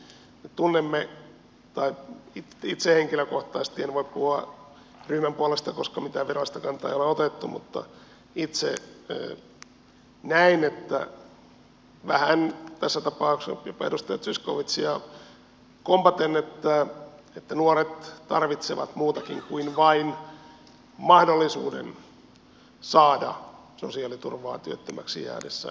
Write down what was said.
me tunnemme tai itse henkilökohtaisesti näen en voi puhua ryhmän puolesta koska mitään virallista kantaa ei ole otettu vähän tässä tapauksessa jopa edustaja zyskowiczia kompaten että nuoret tarvitsevat muutakin kuin vain mahdollisuuden saada sosiaaliturvaa työttömäksi jäädessään